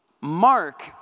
Mark